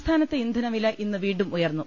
സംസ്ഥാനത്ത് ഇന്ധനവില ഇന്ന് വീണ്ടും ഉയർന്നു